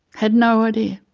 had no idea.